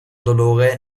dolore